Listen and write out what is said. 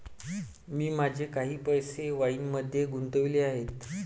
मी माझे काही पैसे वाईनमध्येही गुंतवले आहेत